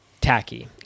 tacky